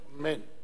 אמן.